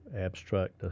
abstract